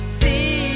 see